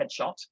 headshot